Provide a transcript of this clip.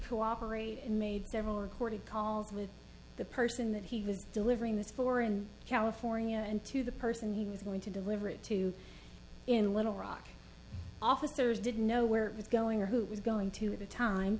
cooperate made several recorded calls with the person that he was delivering this for in california and to the person he was going to deliver it to in little rock officers didn't know where it's going or who it was going to at the time